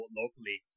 locally